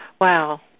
Wow